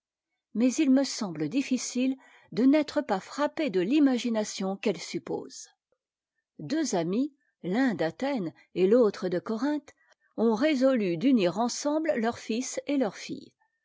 mais il me semble difficile de n'être pas frappé de l'imagination qu'elle suppose deux amis t'un d'athènes et l'autre de corinthe ont résolu d'unir ensemble leurfils et leur fille